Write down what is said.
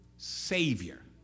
Savior